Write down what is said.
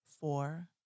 Four